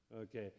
Okay